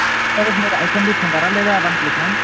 ఒక రోజు మీరు ఐఫోన్ తీసుకుంటారా లేదా వన్ ప్లస్ మ్యామ్